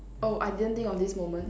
oh I didn't think of this moment